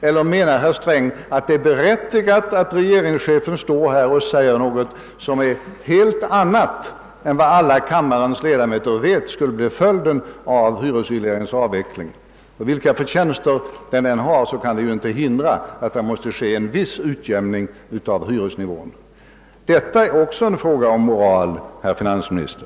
Eller menar herr Sträng att det är berättigat att regeringschefen här i kammaren påstår att något helt annat kommer att bli följden av hyresregleringens avveckling än vad alla kammarens ledamöter vet? — Vilka förtjänster den än har kan den inte hindra en viss utjämning av hyresnivån. Detta är också en fråga om moral, herr finansminister!